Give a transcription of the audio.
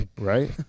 right